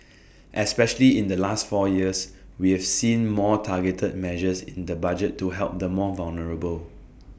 especially in the last four years we have seen more targeted measures in the budget to help the more vulnerable